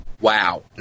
Wow